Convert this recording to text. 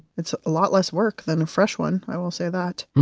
it's a lot less work than a fresh one. i will say that.